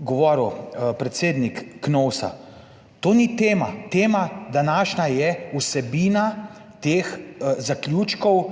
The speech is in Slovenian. govoril predsednik KNOVS, to ni tema. Tema, današnja, je vsebina teh zaključkov